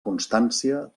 constància